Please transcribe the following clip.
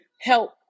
help